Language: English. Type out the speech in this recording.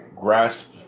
grasp